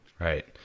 Right